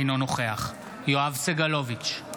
אינו נוכח יואב סגלוביץ'